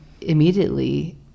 immediately